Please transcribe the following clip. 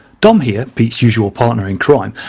dom here, pete's usual partner in crime,